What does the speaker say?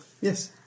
Yes